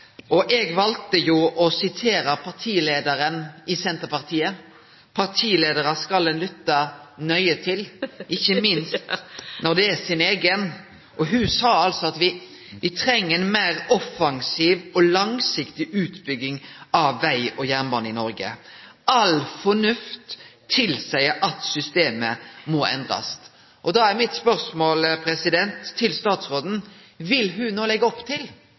Eg valde å sitere partileiaren i Senterpartiet. Partileiarar skal ein lytte nøye til, ikkje minst når det er sin eigen. Ho sa altså at me treng «ei meir offensiv og langsiktig utbygging av veg og jernbane i Noreg. All fornuft tilseier at systemet må endrast». Da er mitt spørsmål til statsråden: Vil ho no leggje opp til